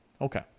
okay